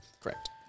Correct